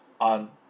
on